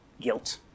guilt